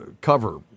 cover